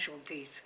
casualties